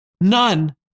none